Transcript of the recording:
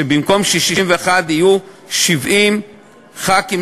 שבמקום 61 יהיו 70 חברי כנסת,